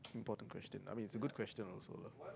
important question I mean is a good question also lah